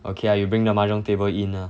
okay ah you bring the mahjong table in ah